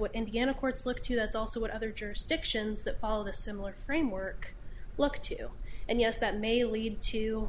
what indiana courts look to that's also what other jurisdictions that follow the similar framework look to and yes that may lead to